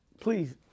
please